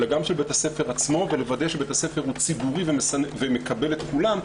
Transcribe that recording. אלא גם של בית הספר עצמו ולוודא שבית הספר הוא ציבורי ומקבל את כולם,